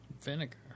Vinegar